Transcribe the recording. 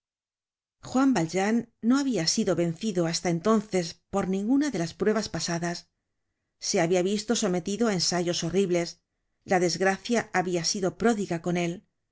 juan valjean no habia sido vencido hasta entonces por ninguna de las pruebas pasadas se habia visto sometido á ensayos horribles la desgracia habia sido pródiga con él